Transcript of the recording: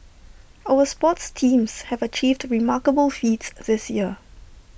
our sports teams have achieved remarkable feats this year